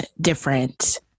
different